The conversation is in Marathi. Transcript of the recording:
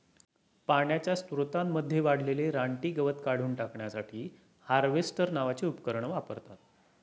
पाण्याच्या स्त्रोतांमध्ये वाढलेले रानटी गवत काढून टाकण्यासाठी हार्वेस्टर नावाचे उपकरण वापरतात